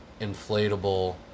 inflatable